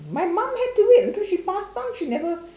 my mom had to wait until she passed on she never